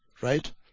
right